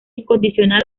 incondicional